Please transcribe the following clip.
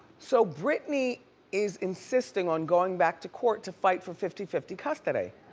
so britney is insisting on going back to court to fight for fifty fifty custody.